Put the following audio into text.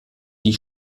die